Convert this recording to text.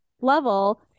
level